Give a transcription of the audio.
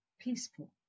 peaceful